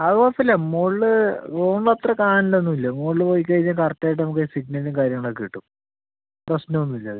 അത് കുഴപ്പം ഇല്ല മുകളില് മുകളിൽ അത്ര സാധനം ഒന്നും ഇല്ല മുകളിൽ പോയി കഴിഞ്ഞാൽ കറക്റ്റ് ആയിട്ട് നമുക്ക് സിഗ്നല് കാര്യങ്ങൾ ഒക്ക കിട്ടും പ്രശ്നം ഒന്നും ഇല്ല അത്